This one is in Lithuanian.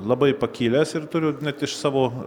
labai pakilęs ir turiu net iš savo